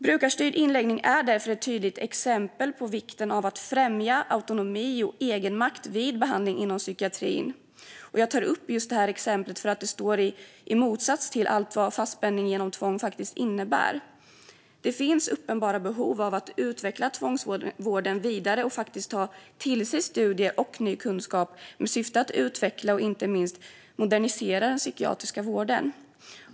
Brukarstyrd inläggning är därför ett tydligt exempel när det gäller vikten av att främja autonomi och egenmakt vid behandling inom psykiatrin. Jag tar upp just detta exempel eftersom det står i motsats till allt vad fastspänning genom tvång innebär. Det finns uppenbara behov av att utveckla tvångsvården vidare och att faktiskt ta till sig studier och ny kunskap i syfte att utveckla och inte minst modernisera den psykiatriska vården.